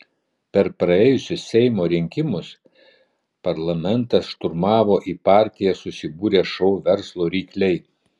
per praėjusius seimo rinkimus parlamentą šturmavo į partiją susibūrę šou verslo rykliai